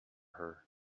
her